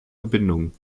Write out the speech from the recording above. verbindung